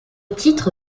titre